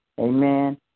Amen